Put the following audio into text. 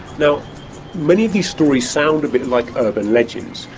now many of these stories sound a bit like urban legends,